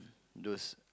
those